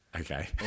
Okay